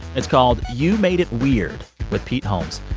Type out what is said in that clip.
it's called you made it weird with pete holmes.